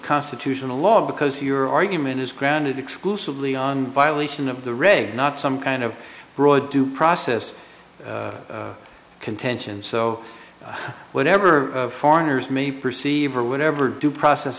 constitutional law because your argument is grounded exclusively on violation of the reg not some kind of broad due process contention so whenever foreigners may perceive or whatever due process